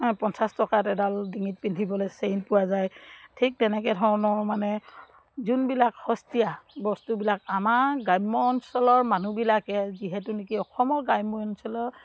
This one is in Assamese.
পঞ্চাছটকাত এডাল ডিঙিত পিন্ধিবলৈ চেইন পোৱা যায় ঠিক তেনেকৈ ধৰণৰ মানে যোনবিলাক সস্তীয়া বস্তুবিলাক আমাৰ গ্ৰাম্য অঞ্চলৰ মানুহবিলাকে যিহেতু নেকি অসমৰ গ্ৰাম্য অঞ্চলৰ